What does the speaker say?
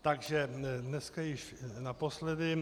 Takže dneska již naposledy.